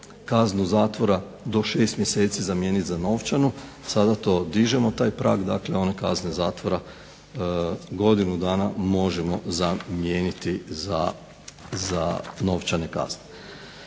kaznu zatvora do šest mjeseci zamijeniti za novčanu. Sada to dižemo taj prag. Dakle, one kazne zatvora godinu dana možemo zamijeniti za novčane kazne.